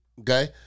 okay